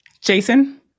Jason